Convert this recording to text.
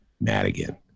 madigan